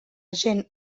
gent